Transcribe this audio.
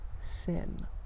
sin